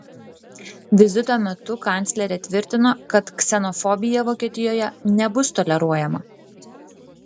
vizito metu kanclerė tvirtino kad ksenofobija vokietijoje nebus toleruojama